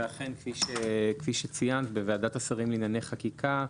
ואכן, כפי שציינת, בוועדת השרים לענייני חקיקה,